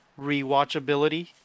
rewatchability